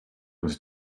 was